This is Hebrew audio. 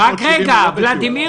ולדימיר